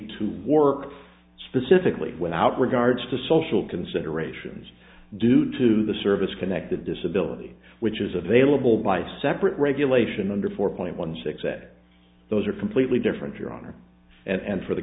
to work specifically without regards to social considerations due to the service connected disability which is available by separate regulation under four point one six it those are completely different your honor and for the